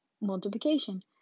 multiplication